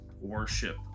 worship